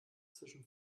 zwischen